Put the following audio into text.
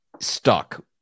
Stuck